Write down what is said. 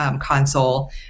console